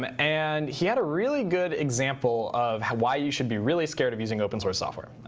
um and he had a really good example of why you should be really scared of using open source software,